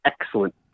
excellent